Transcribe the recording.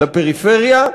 לפריפריה,